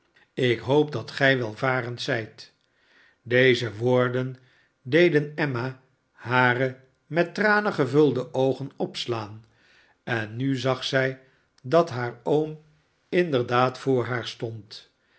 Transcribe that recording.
ik hoop dat gij welvarend zijt deze woorden deden emma hare met tranen gevulde oogen opslaan en nu zag zij dat haar m inderdaad voor haar stond